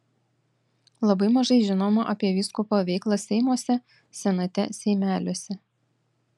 labai mažai žinoma apie vyskupo veiklą seimuose senate seimeliuose